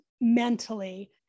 mentally